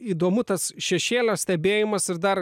įdomu tas šešėlio stebėjimas ir dar